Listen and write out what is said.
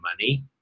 money